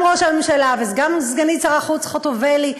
גם ראש הממשלה וגם סגנית שר החוץ חוטובלי,